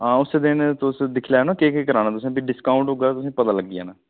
आं उस दिन तुस दिक्खी लैओ ना केह् केह् कराना तुसें प्ही डिस्काऊंट होगा तुसें ई पता लग्गी जाना